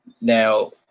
Now